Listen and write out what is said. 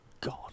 God